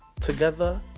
together